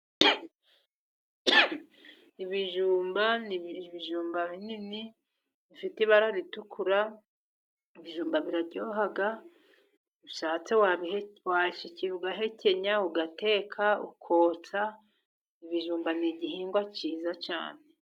Ibijumba ni binini bifite ibara ritukura, ibijumba biraryoha ubishatse ubishatse washikira ugahekenya, ugateka, ukotsa. Ibijumba ni igihingwa cyiza cyane.